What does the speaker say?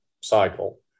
cycle